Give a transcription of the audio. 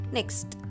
Next